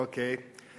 אוקיי.